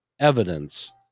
evidence